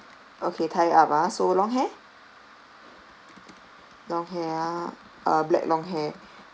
okay tied up ah so long hair long hair ah uh black long hair